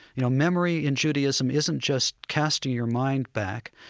you know, memory in judaism isn't just casting your mind back,